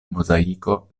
mozaiko